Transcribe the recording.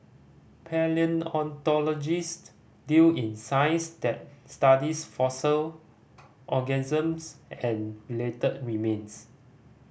palaeontologists deal in science that studies fossil organisms and related remains